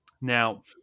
Now